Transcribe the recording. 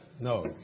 No